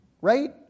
right